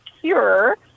cure